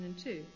2002